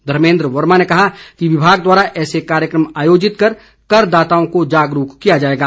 धर्मेद्र वर्मा ने कहा कि विभाग द्वारा ऐसे कार्यक्रम आयोजित कर कर दाताओं को जागरूक किया जाएगा